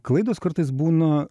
klaidos kartais būna